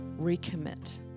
recommit